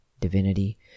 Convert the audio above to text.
divinity